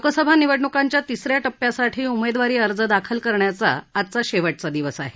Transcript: लोकसभा निवडणुकांच्या तिस या टप्प्यासाठी उमेदवारी अर्ज दाखल करण्याचा आजचा शेवटचा दिवस आहे